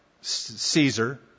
Caesar